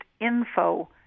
info